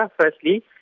firstly